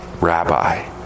rabbi